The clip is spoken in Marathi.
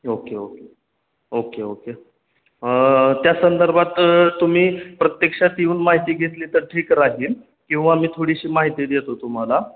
ओके ओके ओके ओके त्या संदर्भात तुम्ही प्रत्यक्षात येऊन माहिती घेतली तर ठीक राहील किंवा मी थोडीशी माहिती देतो तुम्हाला